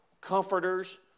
comforters